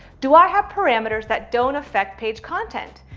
do i have parameters that don't affect page content?